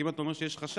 כי אם אתה אומר שיש חשד,